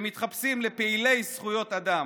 שמתחפשים לפעילי זכויות אדם,